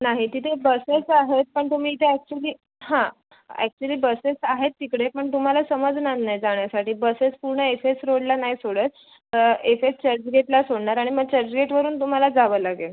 नाही तिथे बसेस आहेत पण तुम्ही इथे अॅक्च्युअली हां अॅक्च्युअली बसेस आहेत तिकडे पण तुम्हाला समजणार नाही जाण्यासाठी बसेस पूर्ण एस एस रोडला नाही सोडत एस एस चर्चगेटला सोडणार आणि मग चर्चगेटवरुन तुम्हाला जावं लागेल